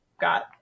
got